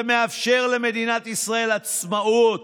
זה מאפשר למדינת ישראל עצמאות,